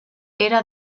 era